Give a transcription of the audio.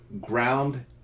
ground